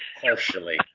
Partially